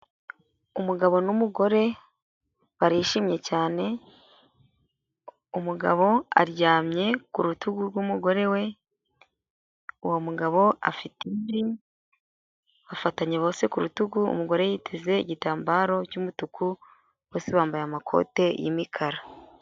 Umugabo n’ mugore barishimye cyane. Umugabo aryamye ku rutugu rw’umugore we, uwo mugabo afite imvi. Bafatanye bose se ku rutugu, umugore yiteze igitambaro cy’umutuku. Bose bambaye amakoti y’ imikara.